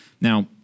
Now